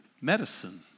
medicine